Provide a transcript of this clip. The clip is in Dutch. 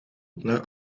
naar